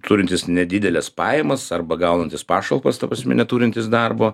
turintis nedideles pajamas arba gaunantis pašalpas ta prasme neturintis darbo